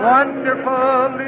Wonderful